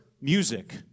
music